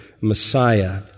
Messiah